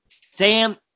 Sam